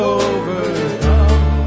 overcome